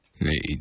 Need